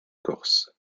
corse